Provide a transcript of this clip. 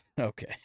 Okay